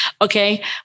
okay